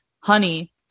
honey